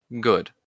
Good